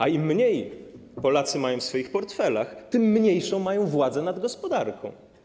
A im mniej Polacy mają w swoich portfelach, tym mniejszą mają władzę nad gospodarką.